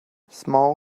small